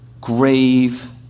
grave